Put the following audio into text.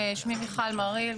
שמי מיכל מרין,